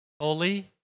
holy